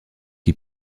qui